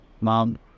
mom